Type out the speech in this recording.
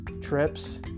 trips